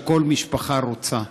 שכל משפחה רוצה: